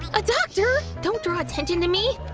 a doctor! don't draw attention to me!